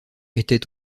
était